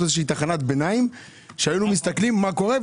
איזושהי תחנת ביניים שהיינו מסתכלים מה קורה,